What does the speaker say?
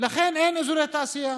ולכן אין אזורי תעשייה.